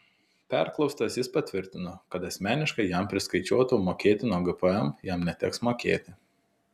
perklaustas jis patvirtino kad asmeniškai jam priskaičiuotų mokėtino gpm jam neteks mokėti